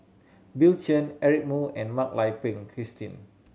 Bill Chen Eric Moo and Mak Lai Peng Christine